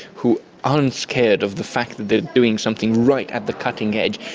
who aren't scared of the fact that they are doing something right at the cutting edge,